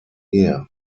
ehe